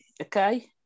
okay